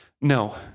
No